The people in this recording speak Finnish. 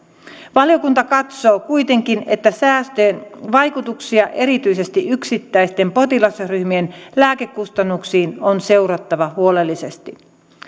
valiokunta katsoo kuitenkin että säästöjen vaikutuksia erityisesti yksittäisten potilasryhmien lääkekustannuksiin on seurattava huolellisesti